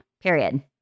Period